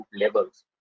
levels